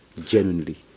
genuinely